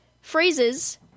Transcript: phrases